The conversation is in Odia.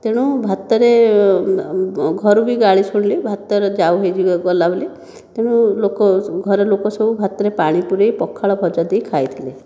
ତେଣୁ ଭାତରେ ଘରୁ ବି ଗାଳି ଶୁଣିଲି ଭାତର ଜାଉ ହୋଇ ଗଲା ବୋଲି ତେଣୁ ଲୋକ ଘରେ ଲୋକ ସବୁ ଭାତରେ ପାଣି ପୁରେଇ ପଖାଳ ଭଜା ଦେଇ ଖାଇଥିଲେ